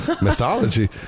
mythology